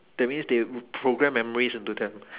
that means they will program memories into them